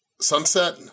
Sunset